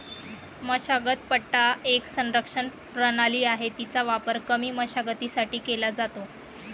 मशागत पट्टा एक संरक्षण प्रणाली आहे, तिचा वापर कमी मशागतीसाठी केला जातो